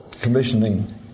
commissioning